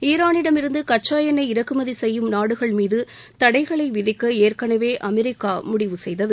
ஈரானிடமிருந்து கச்சா எண்ணெய் இறக்குமதி செய்யும் நாடுகள் மீது தடைகளை விதிக்க ஏற்கனவே அமெரிக்கா முடிவு செய்தது